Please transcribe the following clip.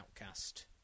outcast